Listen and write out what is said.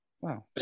Wow